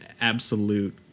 absolute